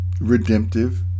redemptive